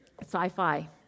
sci-fi